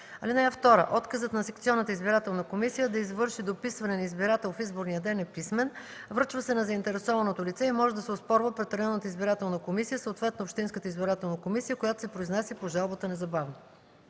(2) Отказът на секционната избирателна комисия да извърши дописване на избирател в изборния ден е писмен, връчва се на заинтересованото лице и може да се оспорва пред районната избирателна комисия, съответно общинската избирателна комисия, която се произнася по жалбата незабавно.”